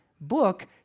book